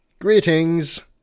Greetings